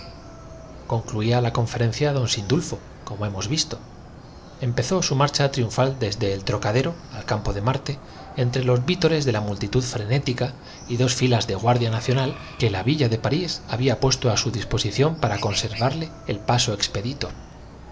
concluida la conferencia don sindulfo como hemos visto empezó su marcha triunfal desde el trocadero capitulo vi al campo de marte entre los vítores de la multitud frenética y dos filas de guardia nacional que la villa de el vehículo considerado como escuela de moral parís había puesto á su disposición para conservarle el paso expedito